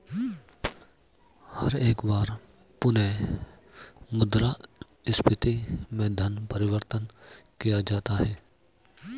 हर एक बार पुनः मुद्रा स्फीती में धन परिवर्तन किया जाता है